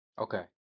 Okay